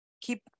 keep